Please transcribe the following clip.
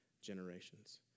generations